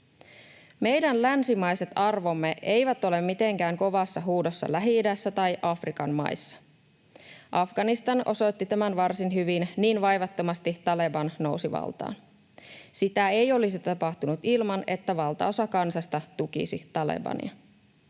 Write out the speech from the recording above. Meidän länsimaiset arvomme eivät ole mitenkään kovassa huudossa Lähi-idässä tai Afrikan maissa. Afganistan osoitti tämän varsin hyvin, niin vaivattomasti Taleban nousi valtaan. Sitä ei olisi tapahtunut ilman, että valtaosa kansasta tukisi Talebania.